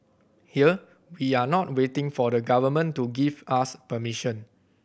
here we are not waiting for the Government to give us permission